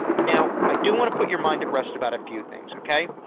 now, i do want to put your mind at rest about a few things, ok?